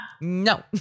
no